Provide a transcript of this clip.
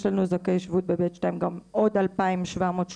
יש לנו זכאי שבות ב-ב/2 גם עוד 2,738